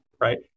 right